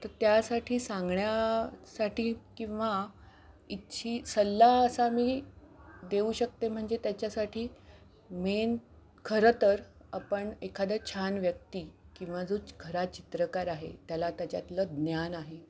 तर त्यासाठी सांगण्यासाठी किंवा इच्छा सल्ला असा मी देऊ शकते म्हणजे त्याच्यासाठी मेन खरं तर आपण एखादी छान व्यक्ती किंवा जो च खरा चित्रकार आहे त्याला त्याच्यातलं ज्ञान आहे